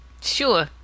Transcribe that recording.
sure